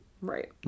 right